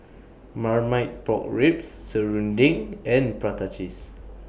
Marmite Pork Ribs Serunding and Prata Cheese